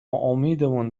امیدمون